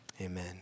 Amen